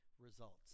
results